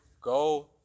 go